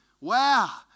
Wow